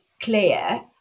clear